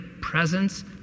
presence